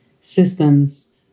systems